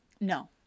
No